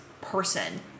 person